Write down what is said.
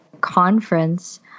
conference